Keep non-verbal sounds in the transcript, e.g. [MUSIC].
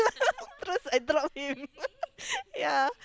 [LAUGHS] terus I drop him [LAUGHS] yeah